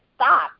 stop